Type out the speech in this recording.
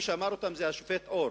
מי שאמר אותם זה השופט אור